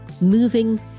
moving